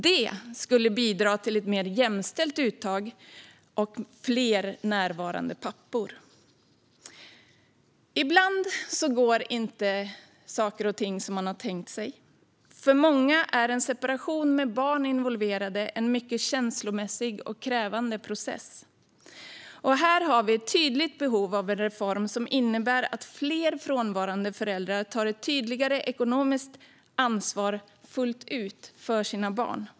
Det skulle bidra till ett mer jämställt uttag och till fler närvarande pappor. Ibland går inte saker och ting som man har tänkt sig. För många är en separation med barn involverade en mycket känslomässig och krävande process. Här har vi ett tydligt behov av en reform som innebär att fler frånvarande föräldrar tar ett tydligare ekonomiskt ansvar fullt ut för sina barn.